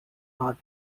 are